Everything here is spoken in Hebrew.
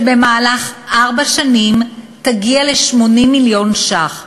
ובמהלך ארבע שנים היא תגיע ל-80 מיליון ש"ח.